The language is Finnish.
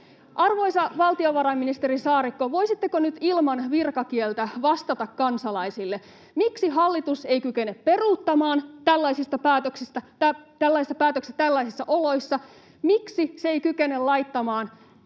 Arvoisa valtiovarainministeri Saarikko, voisitteko nyt ilman virkakieltä vastata kansalaisille: Miksi hallitus ei kykene peruuttamaan tällaisia päätöksiä tällaisissa oloissa? Miksi se ei kykene laittamaan tärkeimpiä